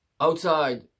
Outside